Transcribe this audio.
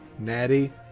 Natty